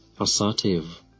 assertive